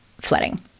flooding